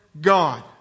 God